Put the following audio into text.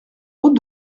route